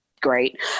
great